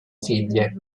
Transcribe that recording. figlie